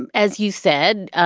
and as you said,